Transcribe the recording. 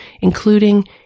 including